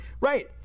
Right